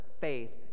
faith